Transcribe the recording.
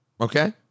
okay